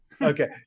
Okay